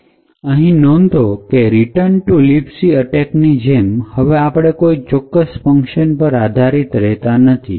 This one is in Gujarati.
અહીં નોંધો કે return to Libc અટેકની જેમ હવે આપણે કોઈ ચોક્કસ ફંકશન પર આધારિત રહેતા નથી